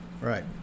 right